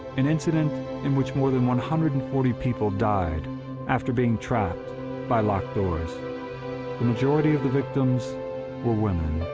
an incident in which more than one hundred and forty people died after being trapped by locked doors. the majority of the victims were women.